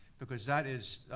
because that is,